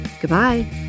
Goodbye